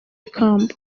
ikamba